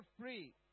free